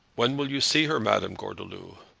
when will you see her, madame gordeloup?